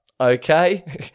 Okay